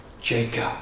Jacob